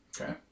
Okay